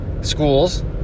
schools